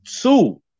Two